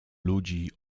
ludzi